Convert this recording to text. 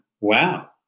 wow